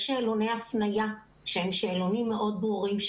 יש שאלוני הפניה שהם שאלונים מאוד ברורים,